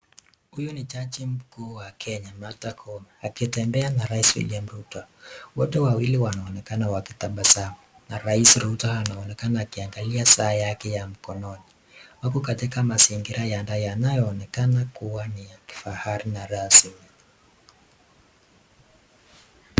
Huyu ni jaji mkuu wa Kenya, Martha Koome akitembea na raisi William Ruto. Wote wawili wanaonekana wakitabasamu na raisi Ruto anaonekana akiangalia saa yake ya mkononi. Wako katika mazingira yanayoonekana kuwa ni ya kifahari na rasmi.